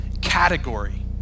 category